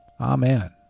Amen